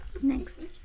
Next